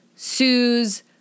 Sue's